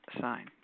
sign